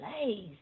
place